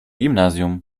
gimnazjum